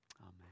Amen